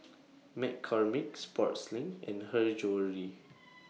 McCormick Sportslink and Her Jewellery